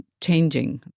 changing